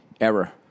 error